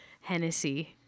Hennessy